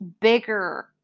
bigger